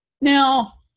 Now